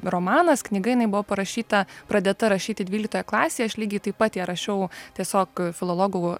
romanas knyga jinai buvo parašyta pradėta rašyti dvyliktoje klasėje aš lygiai taip pat ją rašiau tiesiog filologų